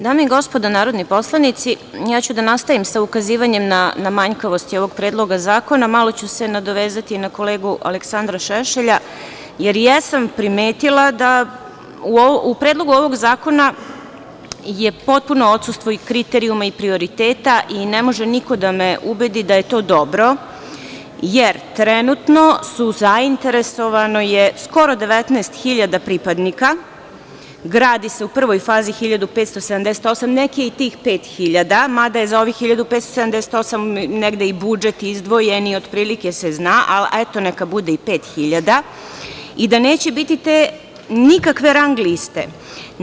Dame i gospodo narodni poslanici, nastaviću sa ukazivanjem na manjkavosti ovog Predloga zakona, malo ću se nadovezati na kolegu Aleksandra Šešelja, jer i ja sam primetila da u Predlogu ovog zakona je potpuno odsustvo i kriterijuma i prioriteta, i ne može niko da me ubedi da je to dobro, jer trenutno je zainteresovano skoro 19 hiljada pripadnika, gradi se u prvoj fazi - 1578, nek je i tih 5000, mada je za ovih 1578 negde i budžet izdvojen, i otprilike se zna, a eto, neka bude i 5000, i da neće biti te nikakve rang liste.